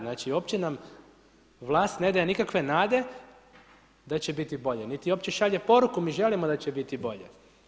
Znači, uopće nam vlast ne daje nikakve nade da će biti bolje, niti uopće šalje poruku, mi želimo da će biti bolje.